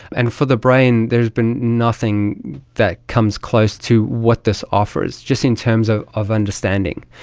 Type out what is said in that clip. and for the brain there has been nothing that comes close to what this offers, just in terms of of understanding.